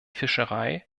fischerei